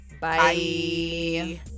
bye